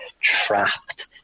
trapped